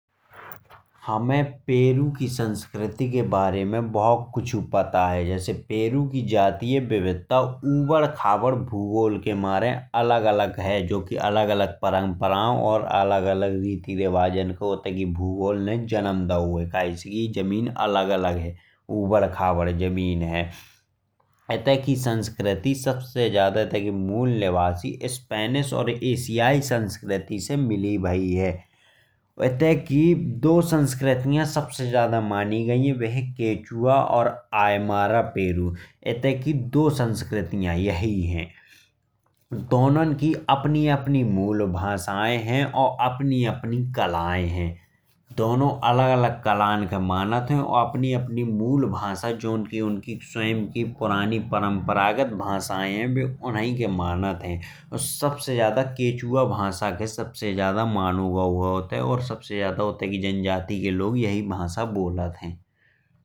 हमें पेरु की संस्कृति के बारे में बहुत कुछ पता है। जैसे पेरु की जातीय विविधता उबड़ खाबड़ भूगोल के मारे अलग अलग है। जो की अलग अलग परंपराओं और अलग अलग रीति रिवाजों को उत्ते की भूगोल ने जन्म दिया है। कहे की जमीन अलग अलग ही उबड़ खाबड़ जमीन है। इत्ते की संस्कृति सबसे ज्यादा इत्ते के मूल निवासी स्पैनिश और एशियाई संस्कृति से मिली भाई है। इत्ते की दो संस्कृतियाँ सबसे ज्यादा मानी गई है क्वेचुआ और आयमारा पेरु इत्ते की दो संस्कृतियाँ यही है। दोनों की अपनी अपनी मूल भाषाएँ हैं और अपनी अपनी कलाएँ हैं। दोनों अलग अलग कलाएँ मानते हैं। और अपनी अपनी मूल भाषा जो उनकी स्वयं की पुरानी परंपरागत भाषाएँ हैं। बे उन्हीं को मानते हैं। सबसे ज्यादा क्वेचुआ भाषा खे मानो गाओ है। और सबसे ज्यादा उत्ते की जनजाति के लोग यही भाषा बोलते हैं।